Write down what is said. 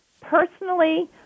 personally